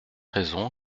raison